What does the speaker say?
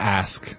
ask